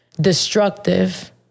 destructive